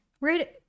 right